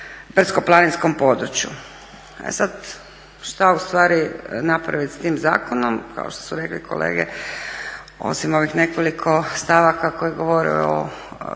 brdsko-planinskom području. E sada šta ustvari napraviti s tim zakonom? Kao što su rekli kolege osim ovih nekoliko stavaka koje govore o